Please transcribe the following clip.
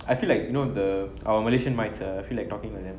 I feel like you know the our malaysian minds ah feel like talking like them